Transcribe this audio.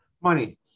money